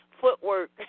footwork